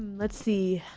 let's see.